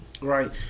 Right